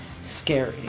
scary